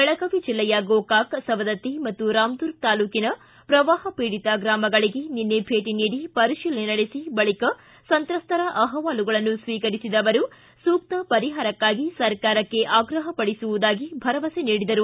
ಬೆಳಗಾವಿ ಜಿಲ್ಲೆಯ ಗೋಕಾಕ ಸವದತ್ತಿ ಮತ್ತು ರಾಮದುರ್ಗ ತಾಲೂಕಿನ ಪ್ರವಾಹ ಪೀಡಿತ ಗ್ರಾಮಗಳಿಗೆ ನಿನ್ನೆ ಭೇಟ ನೀಡಿ ಪರಿಶೀಲನೆ ನಡೆಸಿ ಬಳಕ ಸಂತ್ರಸ್ತರ ಅಹವಾಲುಗಳನ್ನು ಸ್ವೀಕರಿಸಿದ ಅವರು ಸೂಕ್ತ ಪರಿಹಾರಕ್ಕಾಗಿ ಸರ್ಕಾರಕ್ಕೆ ಆಗ್ರಹ ಪಡಿಸುವುದಾಗಿ ಭರಮಸೆ ನೀಡಿದರು